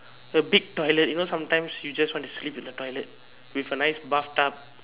the big toilet you know sometimes you just wanna sleep in the toilet with a nice bathtub